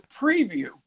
preview